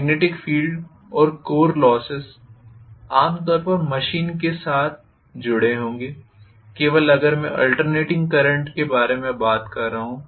magnetic field और core losses आम तौर पर मशीन के साथ जुड़े होंगे केवल अगर मैं आल्टर्नेटिंग करेंट्स के बारे में बात कर रहा हूं